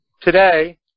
Today